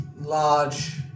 large